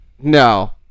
No